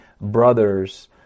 brothers